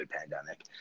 pandemic